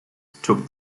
took